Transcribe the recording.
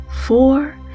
four